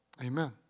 Amen